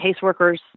caseworkers